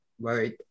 right